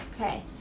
Okay